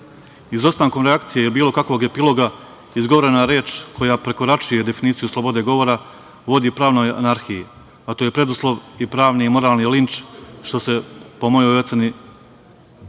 nije? Izostankom reakcije i bilo kakvog epiloga, izgovorena reč koja prekoračuje definiciju slobode govora vodi pravnoj anarhiji, a to je preduslov i pravni i moralni linč, što se po mojoj oceni ovde